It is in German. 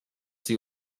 sie